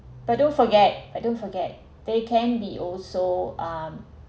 but don't forget I don't forget they can be also um